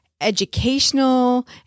educational